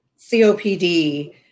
COPD